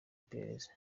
iperereza